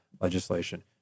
legislation